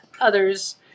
others